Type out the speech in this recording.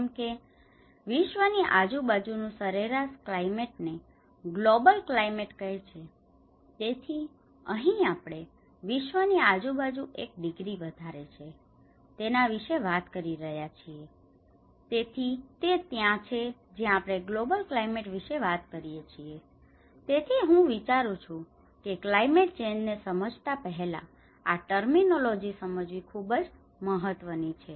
જેમ કે વિશ્વ ની આજુ બાજુ નું સરેરાશ ક્લાયમેટ ને ગ્લોબલ ક્લાયમેટ કહે છે તેથી અહીં આપણે વિશ્વ ની આજુ બાજુ એક ડિગ્રી વધારે છે તેના વિશે વાત કરી રહ્યા છીએ તેથી તે ત્યાં છે જ્યાં આપણે ગ્લોબલ ક્લાયમેટ વિશે વાત કરીએ છીએ તેથી હું વિચારું છું કે ક્લાયમેટ ચેન્જ ને સમજતા પહેલા આ ટર્મીનોલીજી સમજવી ખુબ મહત્વની છે